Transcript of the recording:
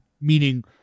meaning